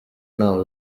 ntaho